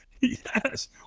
yes